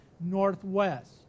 northwest